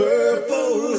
Purple